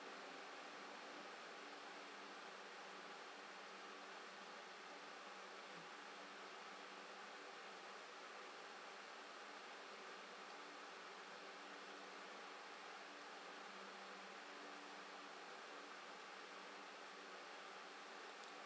uh